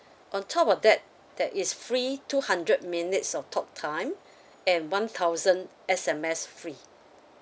on top of that that is free two hundred minutes of talk time and one thousand S_M_S free